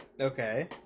Okay